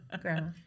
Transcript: Grandma